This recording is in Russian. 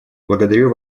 благодарю